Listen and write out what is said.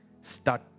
start